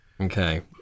Okay